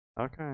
Okay